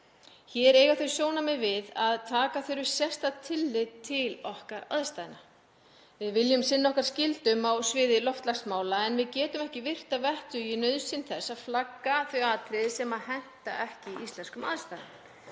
Hér eiga þau sjónarmið við að taka þurfi sérstakt tillit til okkar aðstæðna. Við viljum sinna okkar skyldum á sviði loftslagsmála en getum ekki virt að vettugi nauðsyn þess að flagga þeim atriðum sem henta ekki íslenskum aðstæðum.